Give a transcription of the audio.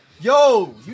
Yo